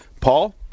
Paul